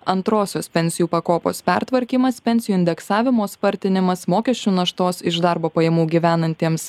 antrosios pensijų pakopos pertvarkymas pensijų indeksavimo spartinimas mokesčių naštos iš darbo pajamų gyvenantiems